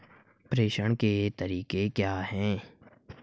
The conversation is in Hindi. प्रेषण के तरीके क्या हैं?